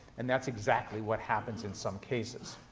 and that's exactly what happens in some cases.